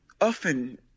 often